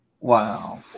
Wow